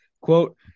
Quote